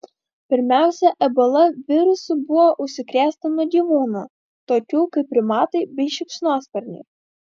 pirmiausia ebola virusu buvo užsikrėsta nuo gyvūnų tokių kaip primatai bei šikšnosparniai